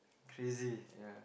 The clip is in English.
crazy